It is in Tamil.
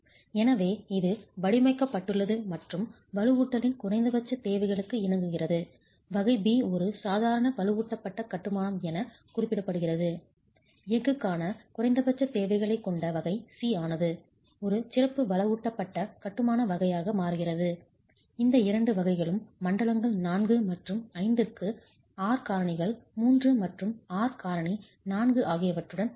எனவே இது வடிவமைக்கப்பட்டுள்ளது மற்றும் வலுவூட்டலின் குறைந்தபட்ச தேவைகளுக்கு இணங்குகிறது வகை B ஒரு சாதாரண வலுவூட்டப்பட்ட கட்டுமானம் என குறிப்பிடப்படுகிறது எஃகுக்கான குறைந்தபட்சத் தேவைகளைக் கொண்ட வகை C ஆனது ஒரு சிறப்பு வலுவூட்டப்பட்ட கட்டுமான வகையாக மாறுகிறது இந்த இரண்டு வகைகளும் மண்டலங்கள் 4 மற்றும் 5 க்கு R காரணிகள் 3 மற்றும் R காரணி 4 ஆகியவற்றுடன் பொருந்தும்